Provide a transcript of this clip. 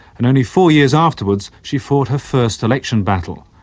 and only four years afterwards she fought her first election battle.